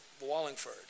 Wallingford